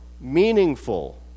meaningful